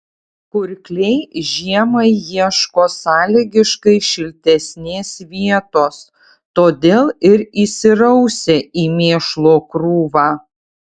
kurkliai žiemai ieško sąlygiškai šiltesnės vietos todėl ir įsirausia į mėšlo krūvą